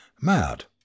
Matt